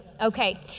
Okay